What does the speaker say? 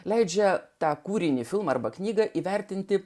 leidžia tą kūrinį filmą arba knygą įvertinti